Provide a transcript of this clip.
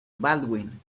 baldwin